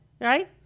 right